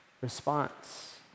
response